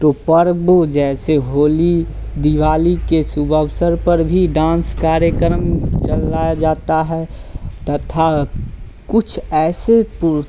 तो पर्व जैसे होली दीवाली के शुभ अवसर पर भी डांस कार्यक्रम चलाया जाता है तथा कुछ ऐसे पुर